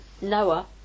Noah